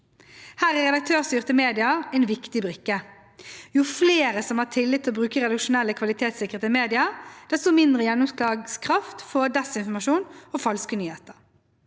her er redaktørstyrte medier en viktig brikke: Jo flere som har tillit til å bruke redaksjonelle, kvalitetssikrede medier, desto mindre gjennomslagskraft får desinformasjon og falske nyheter.